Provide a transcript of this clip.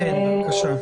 כן, בבקשה.